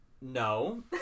No